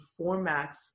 formats